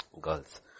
girls